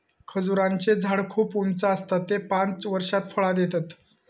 खजूराचें झाड खूप उंच आसता ते पांच वर्षात फळां देतत